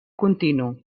continu